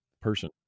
person